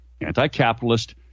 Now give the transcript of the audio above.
anti-capitalist